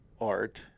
art –